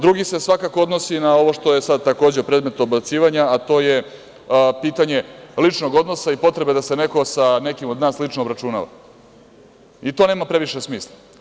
Drugi se svakako odnosi na ovo što je sad takođe predmet dobacivanja, a to je pitanje ličnog odnosa i potrebe da se neko sa nekim od nas lično obračunava i to nema previše smisla.